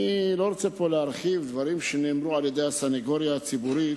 אני לא רוצה להרחיב פה דברים שנאמרו על-ידי הסניגוריה הציבורית.